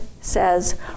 says